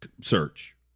search